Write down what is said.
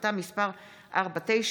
החלטה מס' 4964,